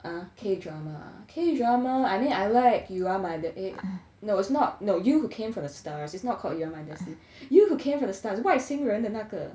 ah K drama K drama I mean I like you are my des~ no it's not no you who came from the stars it's not called you are my destiny you who came from the stars 外星人的那个